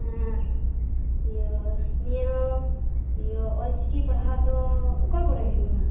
ᱮᱸ ᱤᱭᱟᱹ ᱱᱤᱭᱟᱹ ᱤᱭᱟᱹ ᱚᱞ ᱪᱤᱠᱤ ᱯᱟᱲᱦᱟᱜ ᱫᱚ ᱚᱠᱟ ᱠᱚᱨᱮ ᱦᱩᱭᱩᱜ ᱠᱟᱱᱟ